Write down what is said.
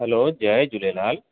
हलो जय झूलेलाल